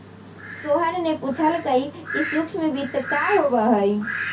सोहन ने पूछल कई कि सूक्ष्म वित्त का होबा हई?